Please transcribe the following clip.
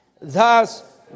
Thus